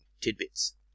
tidbits